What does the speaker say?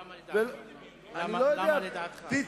למה, לדעתך?